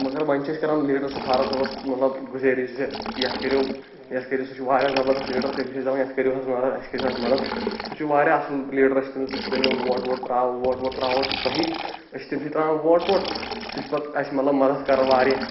مگر وۄنۍ چھِ أسۍ کَران لیٖڈرس فاروق صٲبَس مطلب گُزٲرِش زِ یَتھ کٔریو یَتھ کٔریو سُہ چھُ واریاہ زبردست لیٖڈَر تٔمِس چھِ أسی دَپان یَتھ کٔریو حظ نظر اَسہِ کٔریوٗ حظ مَدد سُہ چھِ واریاہ اَصٕل لیٖڈَر أسۍ چھِ تٔمِس وٕچھتہٕ ووٹ ووٹ ترٛاوو ووٹ ووٹ ترٛاوو تۄہِہ أسۍ چھِ تیٚمسٕے ترٛاوان ووٹ پوٹ سُہ چھِ پَتہٕ اَسہِ مطلب مَدَد کَران واریاہ